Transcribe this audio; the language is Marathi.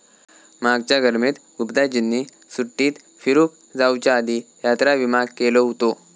मागच्या गर्मीत गुप्ताजींनी सुट्टीत फिरूक जाउच्या आधी यात्रा विमा केलो हुतो